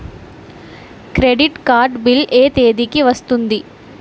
Credit card bill ఎ తేదీ కి వస్తుంది?